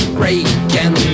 breaking